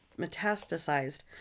metastasized